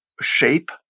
shape